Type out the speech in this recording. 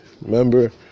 Remember